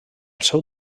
seu